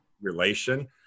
relation